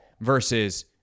versus